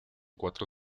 cuatro